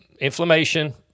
inflammation